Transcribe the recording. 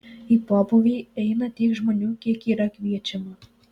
į pobūvį eina tiek žmonių kiek yra kviečiama